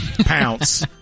pounce